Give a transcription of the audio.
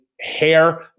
hair